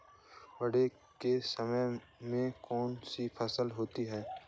बाढ़ के समय में कौन सी फसल होती है?